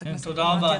תודה רבה.